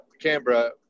Canberra